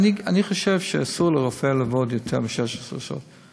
אני חושב שאסור לרופא לעבוד יותר מ-16 שעות.